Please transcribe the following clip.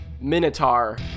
minotaur